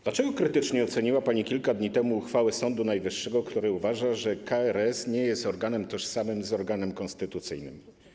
Dlaczego krytycznie oceniła pani kilka dni temu uchwałę Sądu Najwyższego, który uważa, że KRS nie jest organem tożsamym z organem konstytucyjnym?